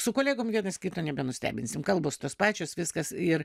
su kolegom vienas kito nebenustebinsim kalbos tos pačios viskas ir